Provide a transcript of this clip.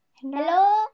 Hello